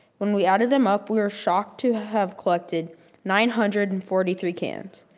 when we added them up we were shocked to have collected nine hundred and forty three cans,